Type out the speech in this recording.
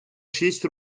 шість